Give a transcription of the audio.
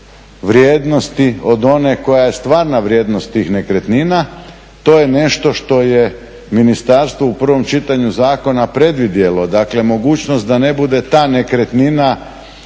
vrijednosti od one koja je stvarna vrijednost tih nekretnina. To je nešto što je ministarstvo u prvom čitanju zakona predvidjelo, dakle mogućnost da ne bude ta nekretnina